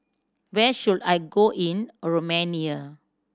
where should I go in Romania